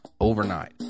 overnight